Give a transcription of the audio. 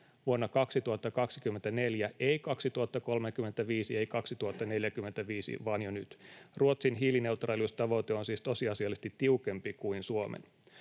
vuonna 2024 — ei 2035, ei 2045, vaan jo nyt. Ruotsin hiilineutraaliustavoite on siis tosiasiallisesti tiukempi kuin Suomen.